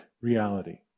reality